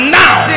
now